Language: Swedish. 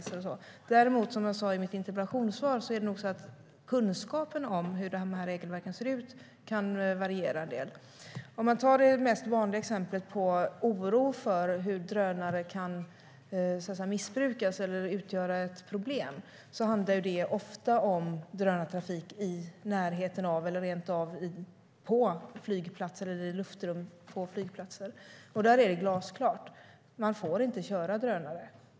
Däremot kan, precis som jag sa i mitt interpellationssvar, kunskapen om regelverken variera en del. Det vanligaste exemplet på oro för hur drönare kan missbrukas eller utgöra problem handlar ofta om drönartrafik i närheten av eller rent av i luftrummet runt flygplatser. Där är det glasklart att man inte får köra drönare.